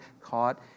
caught